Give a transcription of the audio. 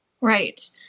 Right